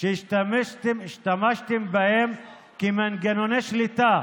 שהשתמשתם בהם כמנגנוני שליטה,